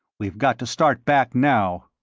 we've got to start back now.